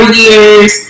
years